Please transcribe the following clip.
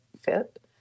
fit